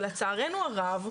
ולצערנו הרב,